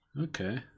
Okay